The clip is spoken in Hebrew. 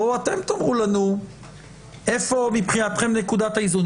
בואו אתם תאמרו לנו איפה מבחינתכם נקודת האיזון.